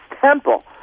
temple